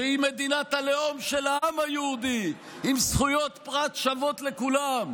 שהיא מדינת הלאום של העם היהודי עם זכויות פרט שוות לכולם,